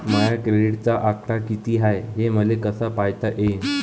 माया क्रेडिटचा आकडा कितीक हाय हे मले कस पायता येईन?